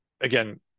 again